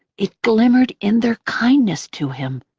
it glimmered in their kindness to him,